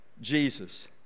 jesus